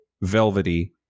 velvety